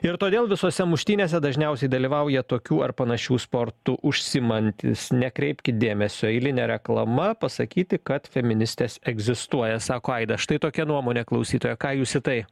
ir todėl visose muštynėse dažniausiai dalyvauja tokių ar panašių sportu užsiimantys nekreipkit dėmesio eiline reklama pasakyti kad feministės egzistuoja sako aidas štai tokia nuomonė klausytojo ką jūs į tai